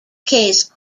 case